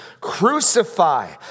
Crucify